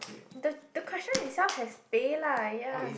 the the question itself has teh lah ya